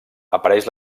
apareix